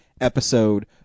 episode